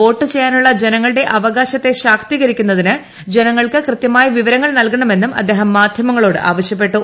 vote ചെയ്യാനുള്ള ജനങ്ങളുടെ അവകാശത്തെ ശാക്തീകരിക്കുന്നതിന് ജനങ്ങൾക്ക് കൃത്യമായ വിവരങ്ങൾ നൽകണമെന്നും അദ്ദേഹം മാധ്യമങ്ങളോട്ട് ആവശ്യപ്പെട്ടു